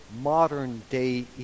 modern-day